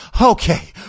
okay